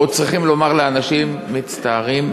או צריכים לומר לאנשים: מצטערים,